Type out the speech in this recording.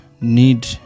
need